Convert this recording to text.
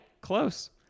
close